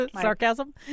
Sarcasm